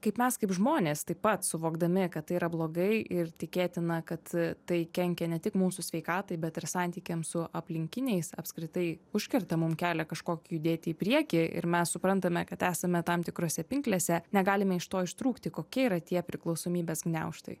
kaip mes kaip žmonės taip pat suvokdami kad tai yra blogai ir tikėtina kad tai kenkia ne tik mūsų sveikatai bet ir santykiam su aplinkiniais apskritai užkerta mum kelią kažkokį judėti į priekį ir mes suprantame kad esame tam tikrose pinklėse negalime iš to ištrūkti kokie yra tie priklausomybės gniaužtai